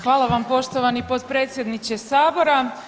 Hvala vam poštovani potpredsjedniče Sabora.